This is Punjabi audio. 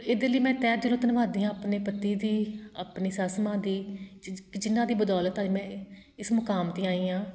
ਇਹਦੇ ਲਈ ਮੈਂ ਤਹਿ ਦਿਲੋਂ ਧੰਨਵਾਦੀ ਹਾਂ ਆਪਣੇ ਪਤੀ ਦੀ ਆਪਣੀ ਸੱਸ ਮਾਂ ਦੀ ਜਿ ਜਿਨ੍ਹਾਂ ਦੀ ਬਦੌਲਤ ਅੱਜ ਮੈਂ ਇਸ ਮੁਕਾਮ 'ਤੇ ਆਈ ਹਾਂ